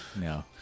no